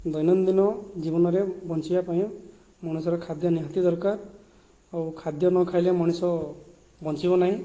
ଦୈନଦିନ ଜୀବନରେ ବଞ୍ଚିବାପାଇଁ ମଣିଷର ଖାଦ୍ୟ ନିହାତି ଦରକାର ଆଉ ଖାଦ୍ୟ ନ ଖାଇଲେ ମଣିଷ ବଞ୍ଚିବନାହିଁ